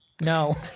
No